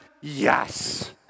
Yes